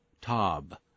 Tob